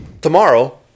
tomorrow